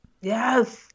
Yes